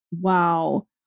Wow